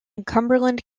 cumberland